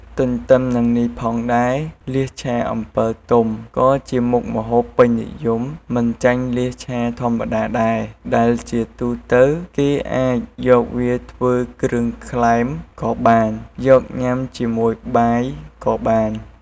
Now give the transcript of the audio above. ទទ្ទឹមនឹងនេះផងដែរ ឆាលៀសអំពិលទុំក៏ជាមុខម្ហូបពេញនិយមមិនចាញ់ឆាលៀសធម្មតាដែរ ដែលជាទូទៅគេអាចយកវាធ្វើគ្រឿងក្លែមក៏បាន យកញ៉ាំជាមួយបាយក៏បាន។